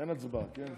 אין הצבעה, כן?